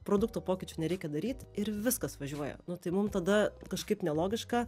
produkto pokyčių nereikia daryt ir viskas važiuoja nu tai mum tada kažkaip nelogiška